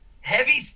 Heavy